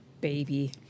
baby